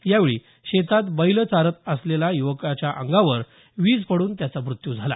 यावेळी शेतात बैलं चारत असलेल्या युवकाच्या अंगावर वीज पडून त्याचा मृत्यू झाला